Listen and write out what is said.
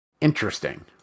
Interesting